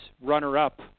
runner-up